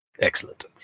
Excellent